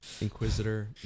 inquisitor